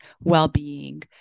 well-being